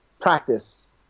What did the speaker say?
practice